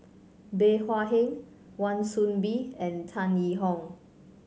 Bey Hua Heng Wan Soon Bee and Tan Yee Hong